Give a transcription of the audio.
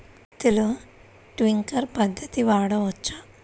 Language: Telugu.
పత్తిలో ట్వింక్లర్ పద్ధతి వాడవచ్చా?